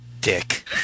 dick